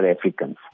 Africans